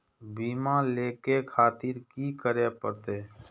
बीमा लेके खातिर की करें परतें?